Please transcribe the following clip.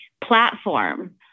platform